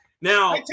Now